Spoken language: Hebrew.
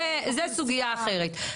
זה סוגיה אחרת.